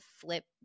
flip